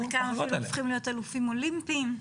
חלקם אפילו הופכים להיות אלופים אולימפיים.